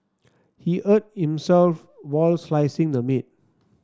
he hurt himself while slicing the meat